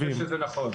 אני חושב שזה נכון.